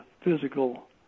physical